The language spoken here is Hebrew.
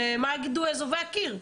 זה מה יגידו אזובי הקיר?